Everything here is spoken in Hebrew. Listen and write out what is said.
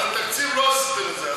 על התקציב לא עשיתם את זה.